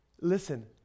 Listen